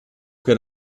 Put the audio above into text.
che